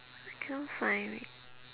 I cannot find it